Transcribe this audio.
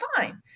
fine